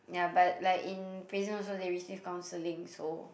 ya but like in prison also they receive counselling so